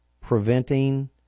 preventing